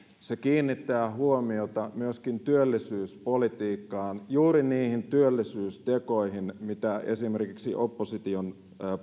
se kiinnittää huomiota myöskin työllisyyspolitiikkaan juuri niihin työllisyystekoihin mitä esimerkiksi opposition